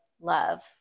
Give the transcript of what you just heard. love